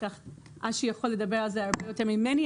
ובטח אשי יכול לדבר על זה הרבה יותר ממני.